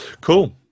Cool